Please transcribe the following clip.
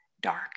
dark